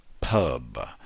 pub